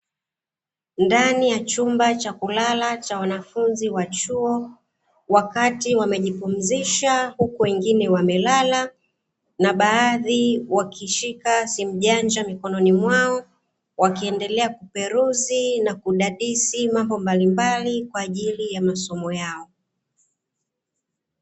Ndani ya chumba cha kulala cha wanafunzi wa chuo, wakati wamejipumzisha huku wengine wamelala na baadhi wakishika simu janja mikononi mwao wakiendelea kuperuzi na kudadisi mambo mbalimbali kwa ajili ya masomo yao .